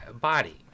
body